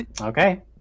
Okay